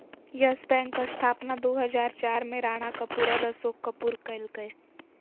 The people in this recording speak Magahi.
यस बैंक स्थापना दू हजार चार में राणा कपूर और अशोक कपूर कइलकय